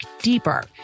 deeper